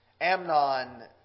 Amnon